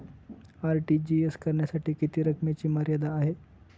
RTGS करण्यासाठी किती रकमेची मर्यादा आहे?